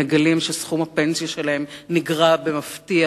והם מגלים שסכום הפנסיה שלהם נגרע במפתיע